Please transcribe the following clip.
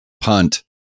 punt